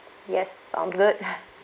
yes sounds good